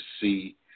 see